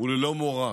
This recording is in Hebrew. וללא מורא.